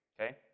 okay